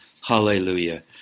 Hallelujah